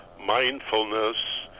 mindfulness